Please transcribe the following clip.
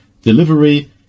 delivery